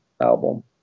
album